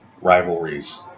rivalries